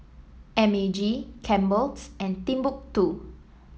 M A G Campbell's and Timbuk two